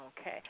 Okay